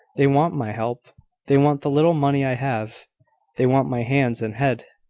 they want my help they want the little money i have they want my hands and head.